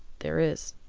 there is!